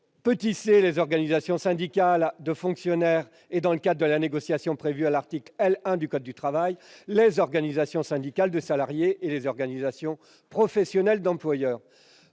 c) les organisations syndicales de fonctionnaires et, dans le cadre de la négociation prévue à l'article L. 1 du code du travail, les organisations syndicales de salariés et les organisations professionnelles d'employeurs